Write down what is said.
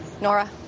Nora